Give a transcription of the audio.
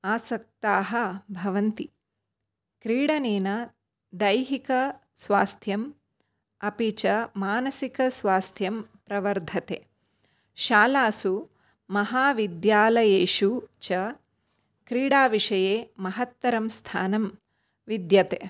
आसक्ताः भवन्ति क्रीडनेन दैहिकस्वास्थ्यम् अपि च मानसिकस्वास्थ्यं प्रवर्धते शालासु महाविद्यालयेषु च क्रीडा विषये महत्तरं स्थानं विद्यते